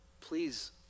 Please